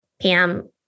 Pam